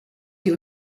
die